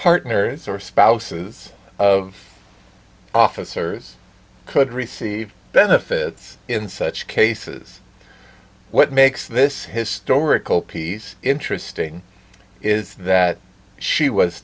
partners or spouses of officers could receive benefits in such cases what makes this historical piece interesting is that she was